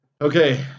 Okay